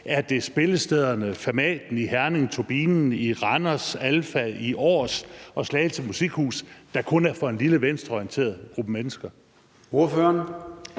Er det spillestederne, Fermaten i Herning, Turbinen i Randers, Alfa i Aars og Slagelse Musikhus, der kun er for en lille venstreorienteret gruppe mennesker?